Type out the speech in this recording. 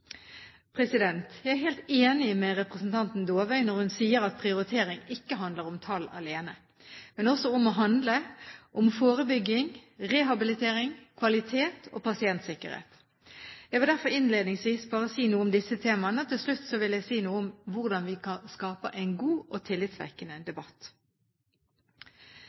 Jeg er helt enig med representanten Dåvøy når hun sier at prioriteringer ikke kan handle om tall alene, men også må handle om forebygging, rehabilitering, kvalitet og pasientsikkerhet. Jeg vil derfor innledningsvis bare si noe om disse temaene, og til slutt vil jeg si noe om hvordan vi kan skape en god og tillitvekkende debatt.